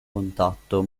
contatto